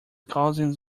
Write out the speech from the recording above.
cousins